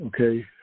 Okay